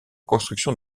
construction